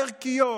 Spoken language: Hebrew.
הערכיות,